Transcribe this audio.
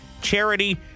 charity